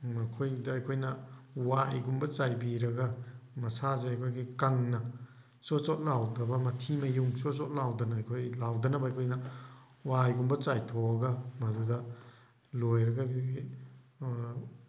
ꯃꯈꯣꯏꯗ ꯑꯩꯈꯣꯏꯅ ꯋꯥꯏꯒꯨꯃꯕ ꯆꯥꯏꯕꯤꯔꯒ ꯃꯁꯥꯁꯦ ꯑꯩꯈꯣꯏꯒꯤ ꯀꯪꯅ ꯆꯣꯠ ꯆꯣꯠ ꯂꯥꯎꯗꯕ ꯃꯊꯤ ꯃꯌꯨꯡ ꯆꯣꯠ ꯆꯣꯠ ꯂꯥꯎꯗꯅ ꯑꯩꯈꯣꯏ ꯂꯥꯏꯗꯅꯕ ꯑꯩꯈꯣꯏꯅ ꯋꯥꯏꯒꯨꯝꯕ ꯆꯥꯏꯊꯣꯛꯑꯒ ꯃꯗꯨꯗ ꯂꯣꯏꯔꯒ ꯑꯩꯈꯣꯏꯒꯤ